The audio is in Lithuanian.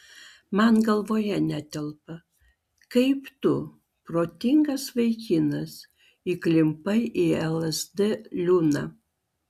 man galvoje netelpa kaip tu protingas vaikinas įklimpai į lsd liūną